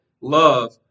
love